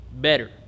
better